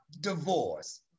divorce